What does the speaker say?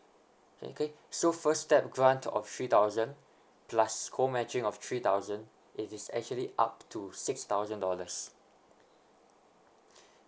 okay so first step grant of three thousand plus co matching of three thousand it is actually up to six thousand dollars